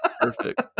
Perfect